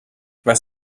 was